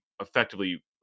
effectively